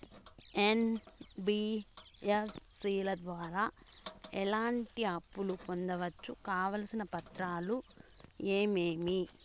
NBFC ల ద్వారా ఎట్లాంటి అప్పులు పొందొచ్చు? కావాల్సిన పత్రాలు ఏమేమి?